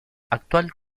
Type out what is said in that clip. actual